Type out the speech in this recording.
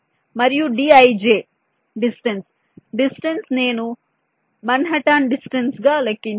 మరియు dij distance distance నేను Manhattan distance గా లెక్కించాను